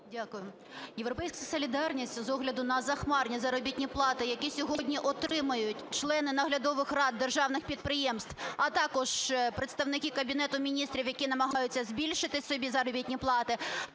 Дякую. "Європейська солідарність" з огляду на захмарні заробітні плати, які сьогодні отримують члени наглядових рад державних підприємств, а також представники Кабінету Міністрів, які намагаються збільшити собі заробітні плати,